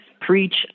preach